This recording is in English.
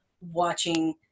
watching